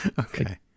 Okay